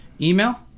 Email